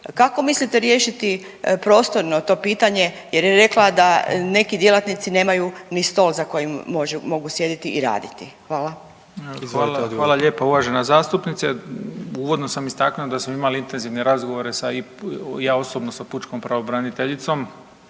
kako mislite riješiti prostorno to pitanje jer je rekla da neki djelatnici nemaju ni stol za kojim mogu sjediti i raditi? Hvala. **Malenica, Ivan (HDZ)** Hvala lijepo uvažena zastupnice. Uvodno sam istaknuo da smo imali intenzivne razgovore sa i ja osobno sa pučkom pravobraniteljicom,